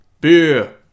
Beer